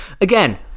again